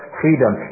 freedom